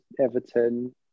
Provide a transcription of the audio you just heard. Everton